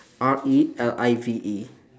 R E L I V E